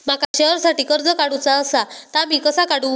माका शेअरसाठी कर्ज काढूचा असा ता मी कसा काढू?